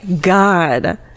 god